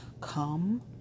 Come